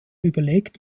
überlegt